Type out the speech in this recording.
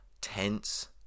tense